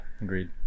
agreed